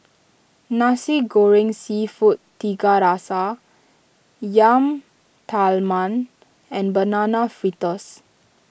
Nasi Goreng Seafood Tiga Rasa Yam Talam and Banana Fritters